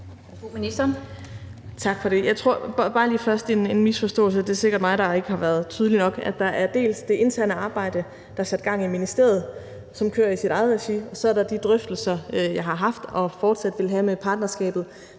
Derfor er det